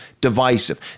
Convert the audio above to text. divisive